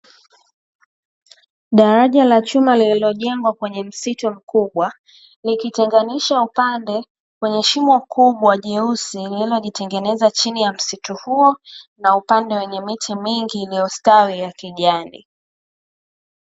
Daraja la chuma lililojengwa kwenye msitu mkubwa, likitenganisha upande kwenye shimo kubwa jeusi lililojitengeneza chini ya msitu huo na upande wenye miti mingi iliyostawi ya kijani.